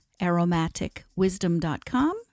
AromaticWisdom.com